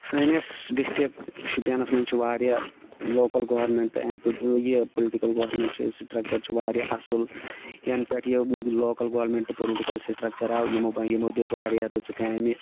سٲنِس ڈِسٹِرٛک شُپینَس منٛز چھِ واریاہ لوکَل گورنمنٹ اٮ۪مپہٕ یہِ پُلٹِکَل گورنمنٹ چھِ أسۍ سٹرٛکچَر چھِ واریاہ اَصٕل یَنہٕ پٮ۪ٹھ یہِ لوکَل گورنمنٹ تہٕ پُلٹِکَل سٹرٛکچَر آو یِمو بنٲ یِمو دِژ واریاہ رٕژٕ کامہِ